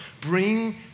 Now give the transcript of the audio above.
bring